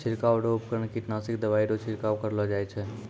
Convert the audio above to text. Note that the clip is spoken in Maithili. छिड़काव रो उपकरण कीटनासक दवाइ रो छिड़काव करलो जाय छै